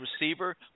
receiver